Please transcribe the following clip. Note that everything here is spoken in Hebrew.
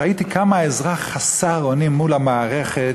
ראיתי כמה האזרח חסר אונים מול המערכת,